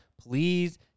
Please